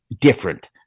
different